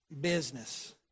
business